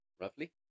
roughly